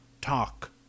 talk